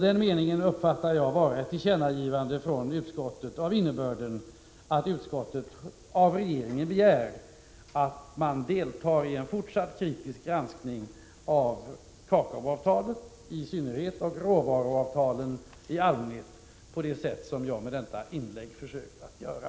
Denna mening uppfattar jag som ett tillkännagivande från utskottet, av innebörd att utskottet av regeringen begär att man deltar i en fortsatt kritisk granskning av kakaoavtalet i synnerhet och råvaruavtalen i allmänhet, på det sätt som jag med detta inlägg har försökt göra.